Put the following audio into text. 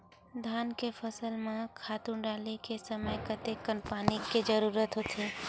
धान के फसल म खातु डाले के समय कतेकन पानी के जरूरत होथे?